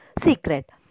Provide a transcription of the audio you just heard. secret